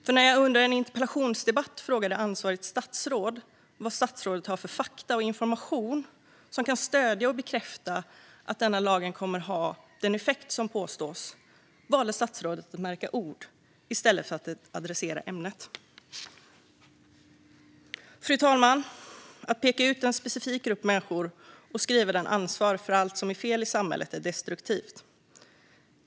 När jag under en interpellationsdebatt frågade ansvarigt statsråd vad statsrådet hade för fakta och information som kunde stödja och bekräfta att denna lag kommer att ha den effekt som påstås valde statsrådet att märka ord i stället för att adressera ämnet. Fru talman! Att peka ut en specifik grupp människor och tillskriva den ansvar för allt som är fel i samhället är destruktivt.